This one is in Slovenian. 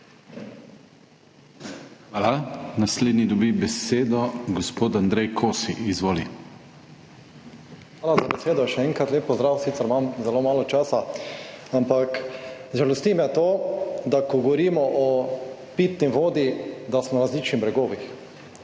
Hvala. Naslednji dobi besedo gospod Andrej Kosi. Izvoli. ANDREJ KOSI (PS SDS): Hvala za besedo, še enkrat. Lep pozdrav. Sicer imam zelo malo časa, ampak… Žalosti me to, da ko govorimo o pitni vodi, da smo na različnih bregovih.